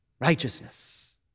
Righteousness